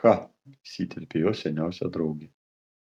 cha įsiterpė jos seniausia draugė